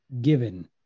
given